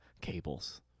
cables